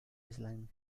island